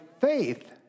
faith